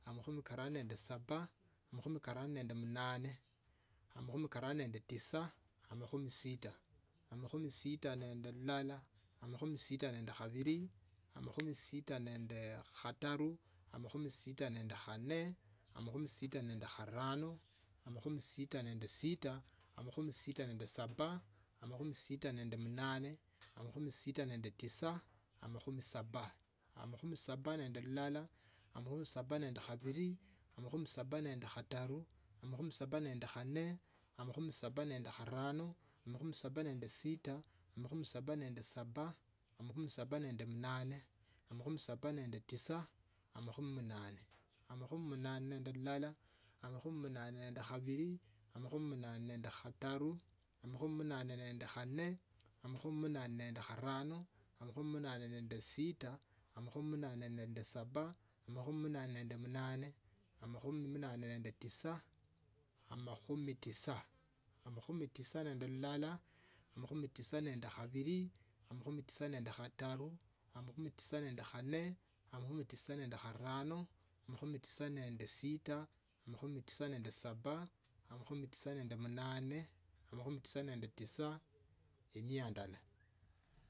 Amakhumi karano nende saba, makhumi karano nende munane, makhumi karano nende tisa, amakhumi sita, amakhumimi sita nende lulala, makuhumi sita nende khavili amakhumi sita nende khataru amakhumi sita nende khane, amakhumi sita nende kharano, amakhumi sita nende sita amakhumi sita nende saba, amakhumi sita nende munane, amakhumi sita nende tisa amakhumi saba. amakhumi saba nende lulala, amakhumi saba nende khavili amakhumi saba nende khataru amakhumi saba mende khane, amakhumi saba nende kharano, amakhumi saba nende sita, amakhumi saba nende saba, amakhumi saba nende muname, amakhumi saba nende tisa amakhumi munane. amakhumi mnane nende lulala amakhumi munane nende khavili amakhumi munane nende khataru, amakhumi munane nende khane, amakhumi munane nende kharano amakhumi munane nende sita, amakhumi munane nende saba. amakhume munane nende munane amakhumi munane nende tisa, amakhumi tisa nende lulala, amakhumi tisa nende khavili, amakhumi tisa nende khavili, amakhumi tisa nende khataru. amakhumi tisa nende khane, amakhumi tisa nende kharano amakhumi tisa nende sita, amakhumi tisa nende saba, amakhumi tisa mende munane amakhumi tisa memde tisa. emia indala.